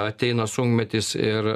ateina sunkmetis ir